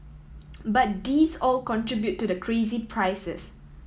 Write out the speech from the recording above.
but these all contribute to the crazy prices